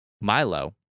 Milo